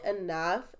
enough